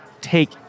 take